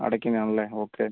അടയ്ക്കുന്നത് ആണല്ലേ ഓക്കെ